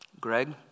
Greg